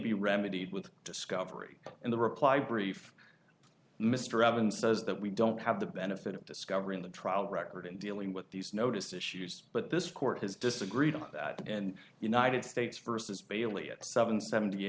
be remedied with discovery in the reply brief mr evans says that we don't have the benefit of discovering the trial record in dealing with these noticed issues but this court has disagreed on that and united states versus bailey it seven seventy